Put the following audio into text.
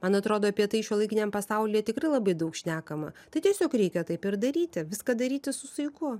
man atrodo apie tai šiuolaikiniam pasaulyje tikrai labai daug šnekama tai tiesiog reikia taip ir daryti viską daryti su saiku